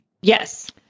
Yes